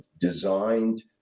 designed